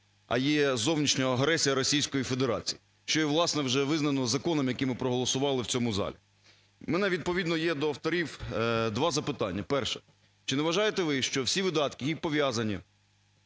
а є зовнішня агресія Російської Федерації, що і, власне, вже визнано законом, який ми проголосували в цьому залі. Відповідно є до авторів два запитання. Перше. Чи не вважаєте ви, що всі видатки, які пов'язані